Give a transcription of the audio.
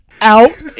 Out